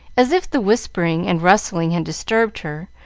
as if the whispering and rustling had disturbed her,